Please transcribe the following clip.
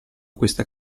questa